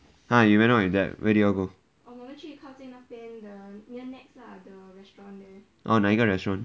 !huh! you went out with dad where did you all go orh 哪一个 restaurant